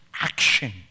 action